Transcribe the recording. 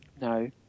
No